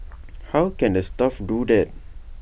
how can the staff do that